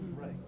Right